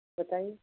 बताइए